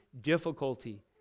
difficulty